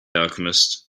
alchemist